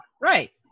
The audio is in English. right